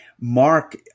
Mark